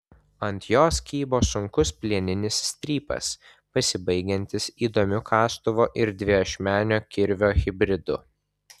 ant jos kybo sunkus plieninis strypas pasibaigiantis įdomiu kastuvo ir dviašmenio kirvio hibridu